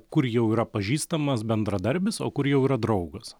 kur jau yra pažįstamas bendradarbis o kur jau yra draugas